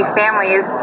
families